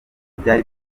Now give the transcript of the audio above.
byari